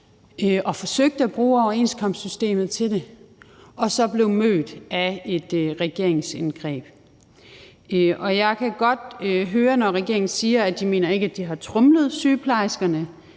og forsøgte at bruge overenskomstsystemet til det, og de blev så mødt af et regeringsindgreb. Og jeg kan godt høre det, når regeringen siger, at de ikke mener, at de har tromlet sygeplejerskerne,